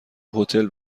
هتل